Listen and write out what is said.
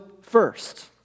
first